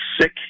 sick